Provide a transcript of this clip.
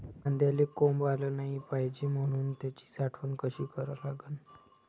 कांद्याले कोंब आलं नाई पायजे म्हनून त्याची साठवन कशी करा लागन?